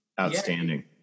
Outstanding